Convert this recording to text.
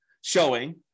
showing